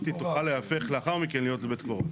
תוכל להיהפך לאחר מכן להיות בית קברות.